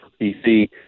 pc